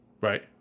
Right